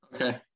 Okay